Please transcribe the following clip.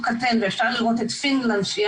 הוא קטן ואפשר לראות את פינלנד שהיא